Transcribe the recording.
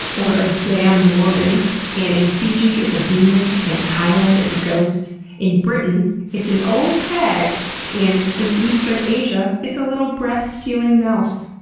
or a damned woman and in fiji it's a demon in thailand it's a ghost in britain it's an old hag and in eastern asian asian it's a little breath stealing mouse.